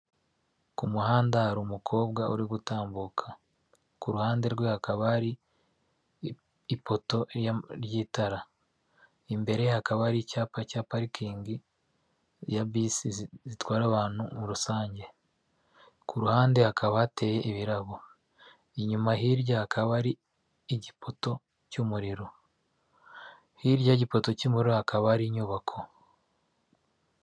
Ku muhanda hari umukobwa uri gutambuka ku ruhande rwe hakaba hari ipoto ry'itara imbere ye hakaba hari icyapa cya parikingi ya bisi zitwara abantu muri rusange, ku ruhande hakaba hateye ibirabo inyuma hirya hakaba ari igipoto cy'umuriro, hirya y'igipoto cy'umuriro hakaba hari inyubako.